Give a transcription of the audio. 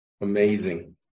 amazing